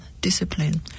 discipline